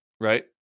right